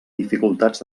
dificultats